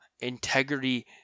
integrity